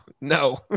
no